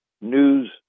news